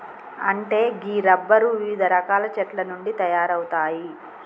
అంటే గీ రబ్బరు వివిధ రకాల చెట్ల నుండి తయారవుతాయి